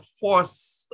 force